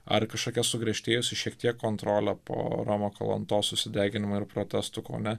ar kažkokia sugriežtėjusi šiek tiek kontrolė po romo kalantos susideginimo ir protestų kaune